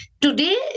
today